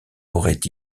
aurait